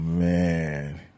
Man